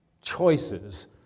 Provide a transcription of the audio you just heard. choices